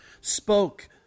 spoke